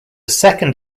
second